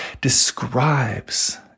describes